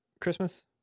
Christmas